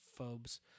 phobes